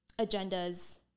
agendas